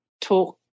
talk